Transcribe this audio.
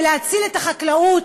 ולהציל את החקלאות,